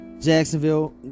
Jacksonville